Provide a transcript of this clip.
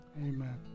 Amen